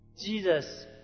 Jesus